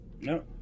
no